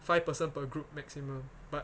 five person per group maximum but